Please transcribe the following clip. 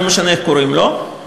ולא משנה איך קוראים לו,